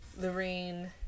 Lorene